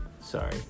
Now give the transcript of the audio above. sorry